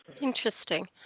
interesting